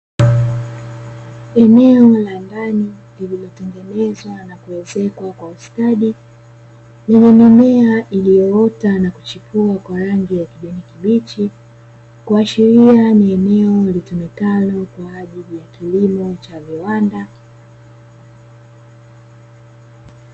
Eneo la ndani lililotengenezwa na kuezekwa kwa ustadi, lenye mimea iliyoota na kuchipua kwa rangi ya kijani kibichi, kuashiria ni eneo litumikalo kwa ajili ya kilimo cha viwanda.